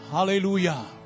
Hallelujah